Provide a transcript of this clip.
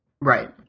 Right